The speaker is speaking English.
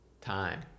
time